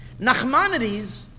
Nachmanides